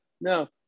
no